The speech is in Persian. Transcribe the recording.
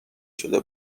شده